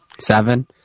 Seven